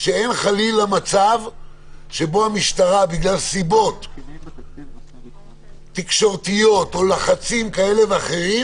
שאין חלילה מצב שבו המשטרה בגלל סיבות תקשורתיות או לחצים כאלה ואחרים